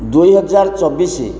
ଦୁଇ ହଜାର ଚବିଶ